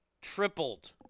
tripled